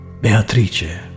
Beatrice